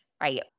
right